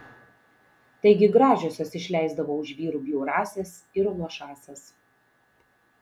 taigi gražiosios išleisdavo už vyrų bjauriąsias ir luošąsias